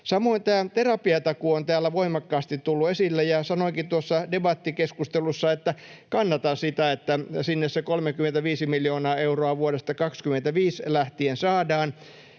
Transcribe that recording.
Samoin tämä terapiatakuu on täällä voimakkaasti tullut esille, ja sanoinkin tuossa debattikeskustelussa, että kannatan sitä, että sinne se 35 miljoonaa euroa vuodesta 25 lähtien saadaan.